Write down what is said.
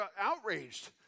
outraged